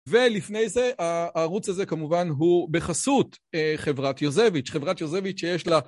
ולפני זה, הערוץ הזה כמובן הוא בחסות חברת יוזביץ', חברת יוזביץ' שיש לה...